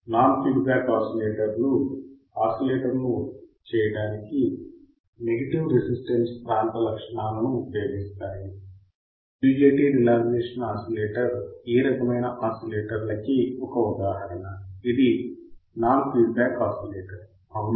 non feedback ఆసిలేటర్లు oscillations ని ఉత్పత్తి చేయడానికి నెగెటివ్ రెసిస్టన్స్ ప్రాంత లక్షణాలను ఉపయోగిస్తాయి UJT రిలాక్సేషన్ ఆసిలేటర్ ఈ రకమైన ఆసిలేటర్ల కి ఒక ఉదాహరణ ఇది నాన్ ఫీడ్బ్యాక్ ఆసిలేటర్ అవునా